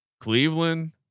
Cleveland